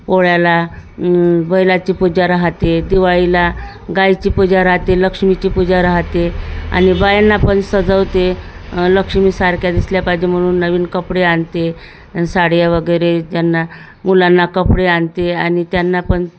पोळ्याला बैलाची पूजा राहते दिवाळीला गायीची पूजा राहते लक्ष्मीची पूजा राहते आणि बायांना पण सजवते लक्ष्मीसारख्या दिसल्या पाहिजे म्हणून नवीन कपडे आणते साड्या वगैरे त्यांना मुलांना कपडे आणते आणि त्यांना पण